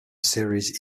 series